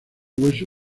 hueso